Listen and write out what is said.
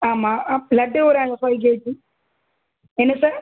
ஆமாம் லட்டு ஒரு அஞ்சு ஃபைவ் கேஜி என்ன சார்